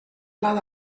blat